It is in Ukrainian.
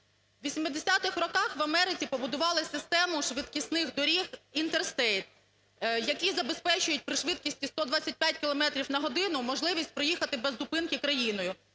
У 80-х роках в Америці побудували систему швидкісних доріг Interstate, які забезпечують при швидкості 125 кілометрів на годину можливість проїхати без зупинки країною.